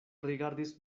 rigardis